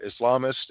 Islamists